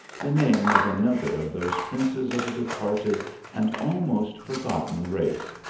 the name of another of those princes of a departed and almost forgotten race,